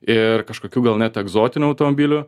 ir kažkokių gal net egzotinių automobilių